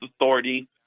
Authority